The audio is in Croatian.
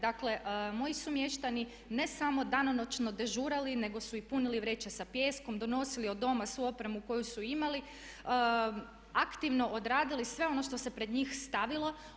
Dakle moji su mještani ne samo danonoćno dežurali nego su i punili vreće sa pijeskom, donosili od doma svu opremu koju su imali, aktivno odradili sve ono što se pred njih stavilo.